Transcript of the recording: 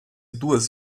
duas